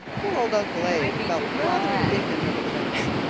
poor old uncle abe felt rather indignant over the notes.